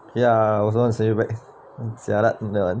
ya I was the one who sent you back jialat that one